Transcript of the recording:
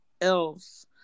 else